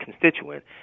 constituent